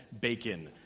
bacon